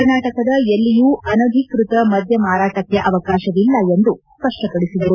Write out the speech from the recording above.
ಕರ್ನಾಟಕದ ಎಲ್ಲಿಯೂ ಅನಧಿಕೃತ ಮದ್ಧ ಮಾರಾಟಕ್ಕೆ ಅವಕಾಶವಿಲ್ಲ ಎಂದು ಸ್ಪಪ್ಪಪಡಿಸಿದರು